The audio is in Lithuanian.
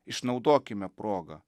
išnaudokime progą